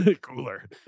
Cooler